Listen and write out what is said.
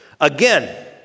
Again